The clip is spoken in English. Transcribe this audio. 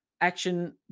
action